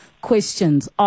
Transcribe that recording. questions